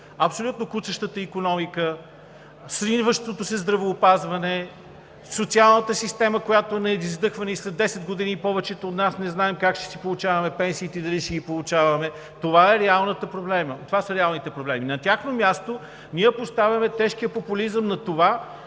абсолютно куцащата икономика, сриващото се здравеопазване, социалната система, която издъхва, и след десет години повечето от нас не знаем как ще си получаваме пенсиите и дали ще си ги получаваме. Това са реалните проблеми. На тяхно място ние поставяме тежкия популизъм за това